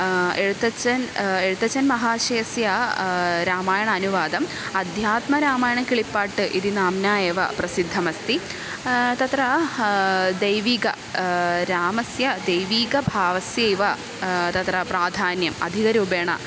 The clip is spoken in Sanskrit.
एषुतच्चन् एषुतच्चन् महाशयस्य रामायण अनुवादम् अध्यात्मरामायण किळिपाट्ट् इति नाम्ना एव प्रसिद्धमस्ति तत्र दैविक रामस्य दैविकभावस्यैव तत्र प्राधान्यम् अधिगरूपेण